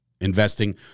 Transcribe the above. investing